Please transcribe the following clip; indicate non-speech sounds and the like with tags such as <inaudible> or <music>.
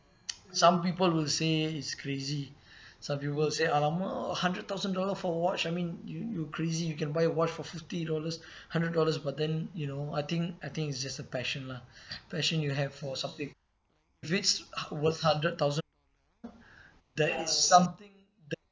<noise> some people will say it's crazy some people will say !alamak! hundred thousand dollar for watch I mean you you crazy you can buy a watch for fifty dollars hundred dollars but then you know I think I think it's just a passion lah passion you have for something rates was hundred thousand there is something that